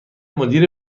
مدیر